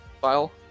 file